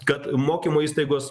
kad mokymo įstaigos